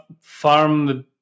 farm